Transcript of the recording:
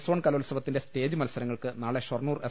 zone കലോത്സവത്തിന്റെ stage മത്സരങ്ങൾക്ക് നാളെ ഷൊർണൂർ എസ്